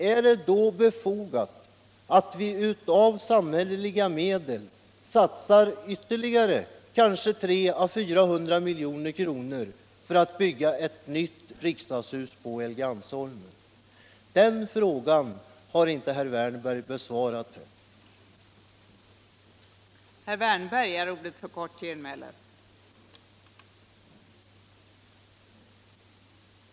Är det då befogat att vi av samhälleliga medel satsar ytterligare kanske 300 å 400 milj.kr. för att bygga ett nytt riksdagshus på Helgeandsholmen? Den frågan har inte herr Wärnberg besvarat. Riksdagens lokalfrågor på längre sikt Riksdagens lokalfrågor på längre sikt